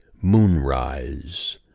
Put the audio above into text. moonrise